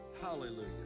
Hallelujah